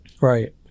Right